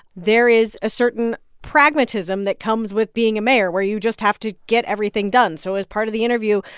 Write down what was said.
there is a certain pragmatism that comes with being a mayor where you just have to get everything done. so as part of the interview,